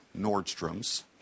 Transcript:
Nordstrom's